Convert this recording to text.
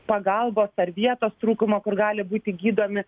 pagalbos ar vietos trūkumo kur gali būti gydomi